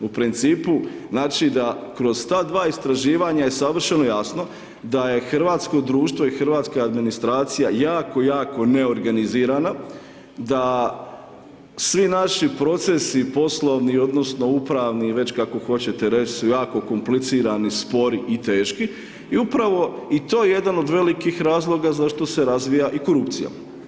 U principu znači da kroz ta dva istraživanja je savršeno jasno da je hrvatsko društvo i hrvatska administracija jako jako neorganizirana, da svi naši procesi poslovni odnosno upravni, već kako hoćete reći su jako komplicirani, spori i teški i upravo i to je jedan od velikih razloga zašto se razvija i korupcija.